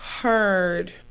Heard